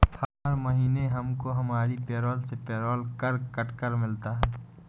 हर महीने हमको हमारी पेरोल से पेरोल कर कट कर मिलता है